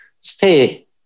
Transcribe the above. stay